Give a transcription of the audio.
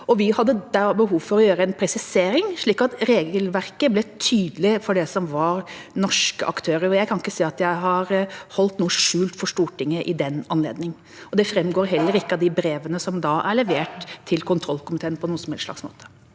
vi hadde behov for å gjøre en presisering, slik at regelverket ble tydelig for norske aktører. Jeg kan ikke se at jeg har holdt noe skjult for Stortinget i den anledning. Det framgår heller ikke av de brevene som er levert til kontrollkomiteen, på noen slags måte.